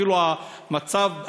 אפילו אלה שבמצב בינוני,